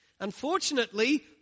Unfortunately